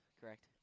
correct